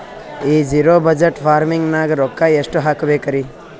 ಈ zero budget farming ನಾಗ್ ರೊಕ್ಕ ಎಷ್ಟು ಹಾಕಬೇಕರಿ?